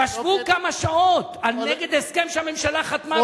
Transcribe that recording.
ישבו כמה שעות נגד הסכם שהממשלה חתמה,